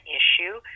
issue